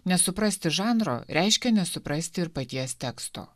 nesuprasti žanro reiškia nesuprasti ir paties teksto